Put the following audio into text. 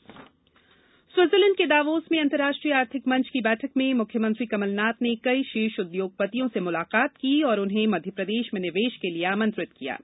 मुख्यमंत्री Davos Switzerland के Davos में अंतर्राष्ट्रीय आर्थिक मंच की बैठक में मुख्यमंत्री कमलनाथ ने कई शीर्ष उद्योगपतियों से मुलाकात की और उन्हें मध्यप्रदेश में निर्वेश के लिए आमंत्रित किया है